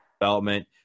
development